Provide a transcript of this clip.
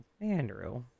Andrew